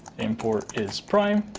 import is prime.